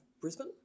Brisbane